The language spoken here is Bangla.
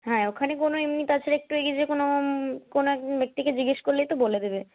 হ্যাঁ ওখানে কোনো এমনি তাছাড়া একটু এগিয়ে যে কোনো কোনো একজন ব্যক্তিকে জিজ্ঞেস করলেই তো বলে দেবে